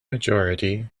majority